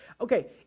Okay